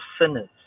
sinners